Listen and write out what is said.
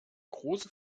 große